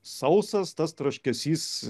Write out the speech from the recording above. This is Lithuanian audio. sausas tas traškesys